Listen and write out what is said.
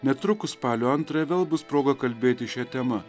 netrukus spalio antrąją vėl bus proga kalbėti šia tema